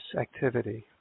activity